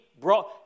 Brought